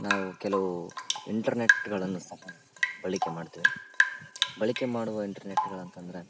ನಾವು ಕೆಲವು ಇಂಟರ್ನೆಟ್ಗಳನ್ನು ಸಹ ಬಳಕೆ ಮಾಡ್ತೇವೆ ಬಳಕೆ ಮಾಡುವ ಇಂಟರ್ನೆಟ್ಗಳು ಅಂತಂದ್ರೆ